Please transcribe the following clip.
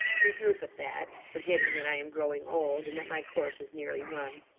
you droop at that, forgetting that i am growing old, and that my course is nearly run.